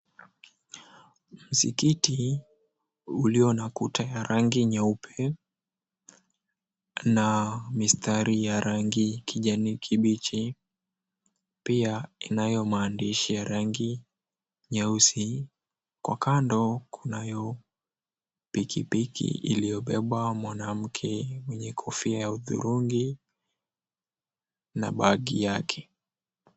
Msikiti ulio na kuta ya rangi nyeupe na mistari ya rangi kijani kibichi pia inayo maandishi ya rangi nyeusi kwa kando kunayo pikipiki iliyobebwa mwanamke mwenye kofia ya hudhurungi na bagi yake.